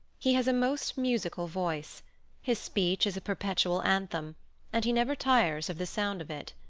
he has a most musical voice his speech is a perpetual anthem and he never tires of the sound of it.